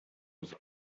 was